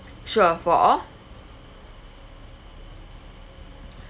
sure for all